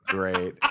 Great